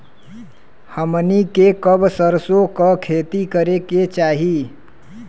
हमनी के कब सरसो क खेती करे के चाही?